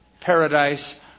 Paradise